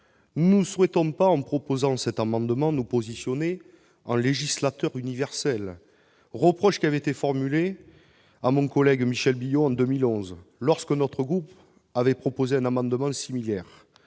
Nous ne souhaitons pas, en présentant cet amendement, nous poser en « législateur universel », reproche qui avait été adressé à notre ancien collègue Michel Billout en 2011, lorsque notre groupe avait déposé un amendement similaire